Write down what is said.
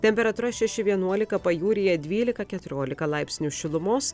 temperatūra šeši vienuolika pajūryje dvylika keturiolika laipsnių šilumos